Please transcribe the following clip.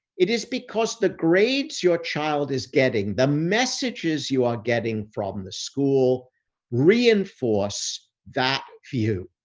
it is because the grades, your child is getting the messages you are getting from the school reinforced that view.